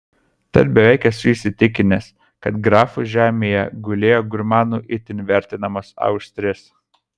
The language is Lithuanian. tad beveik esu įsitikinęs kad grafų žemėje gulėjo gurmanų itin vertinamos austrės